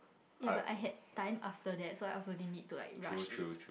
ya but I had time after that so I also didn't need to like rush it